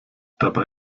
dabei